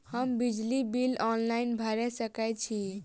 हम बिजली bill online भैर सकै छी?